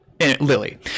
Lily